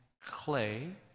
clay